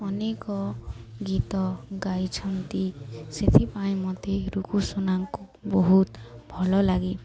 ଅନେକ ଗୀତ ଗାଇଛନ୍ତି ସେଥିପାଇଁ ମୋତେ ରୁକୁସନାଙ୍କୁ ବହୁତ ଭଲ ଲାଗେ